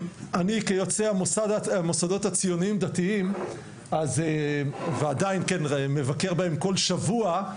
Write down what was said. אני כיוצא המוסדות הציוניים דתיים ועדיין כן מבקר בהם כל שבוע,